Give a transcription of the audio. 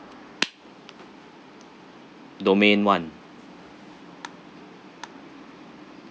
domain one